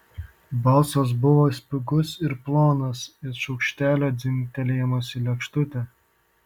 balsas buvo spigus ir plonas it šaukštelio dzingtelėjimas į lėkštutę